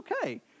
okay